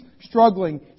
struggling